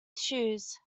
shoes